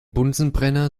bunsenbrenner